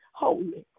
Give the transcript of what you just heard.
holy